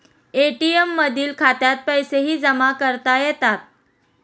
ATM मधील खात्यात पैसेही जमा करता येतात